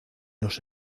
los